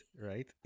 Right